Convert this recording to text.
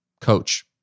Coach